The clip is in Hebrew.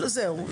זהו.